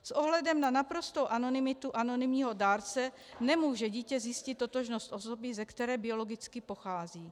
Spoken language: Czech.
S ohledem na naprostou anonymitu anonymního dárce nemůže dítě zjistit totožnost osoby, ze které biologicky pochází.